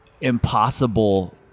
impossible